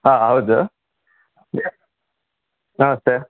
ಹಾಂ ಹೌದು ನಮಸ್ತೆ